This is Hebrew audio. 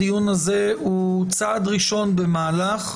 הדיון הזה הוא צעד ראשון במהלך,